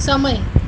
સમય